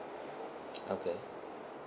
okay